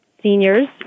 seniors